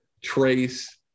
Trace